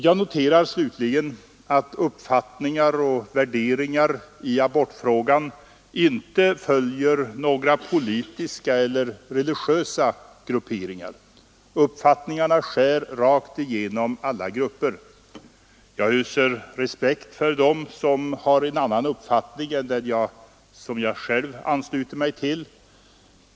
Jag noterar slutligen att uppfattningar och värderingar i abortfrågan inte följer några politiska eller religiösa grupperingar. Uppfattningarna skär rakt igenom alla grupper. Jag hyser respekt för dem som har en annan uppfattning än den jag själv ansluter mig till.